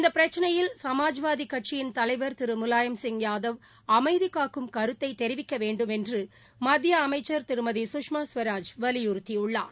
இந்த பிரச்சினையில் சுமாஜ்வாதி சட்சியின் தலைவர் திரு முலாயம் சிங் யாதவ் அமைதி காக்காமல் கருத்தை தெரிவிக்க வேண்டும் என்று மத்திய அமைச்சர் திருமதி சுஷ்மா சுவராஜ் வலியுறுத்தியுள்ளார்